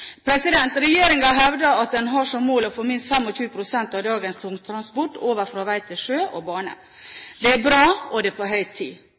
hevder at den har som mål å få minst 25 pst. av dagens tungtransport over fra vei til sjø og bane. Det er bra, og det er på høy tid.